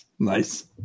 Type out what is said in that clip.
Nice